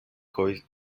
coi